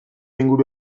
inguru